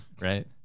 Right